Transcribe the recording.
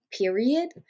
Period